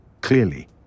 Clearly